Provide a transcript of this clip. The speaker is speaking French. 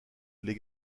les